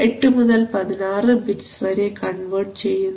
8 മുതൽ 16 വരെ bits convert ചെയ്യുന്നു